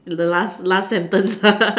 the last last sentence